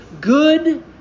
good